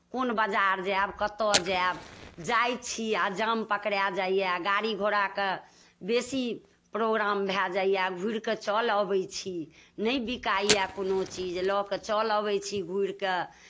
कोन बजार जायब कतय जायब जाइ छी आ जाम पकड़ा जाइए आ गाड़ी घोड़ाके बेसी प्रोग्राम भए जाइए घूरि कऽ चलि अबै छी नहि बिकाइए कोनो चीज लऽ कऽ चल अबै छी घूरि कऽ